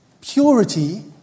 Purity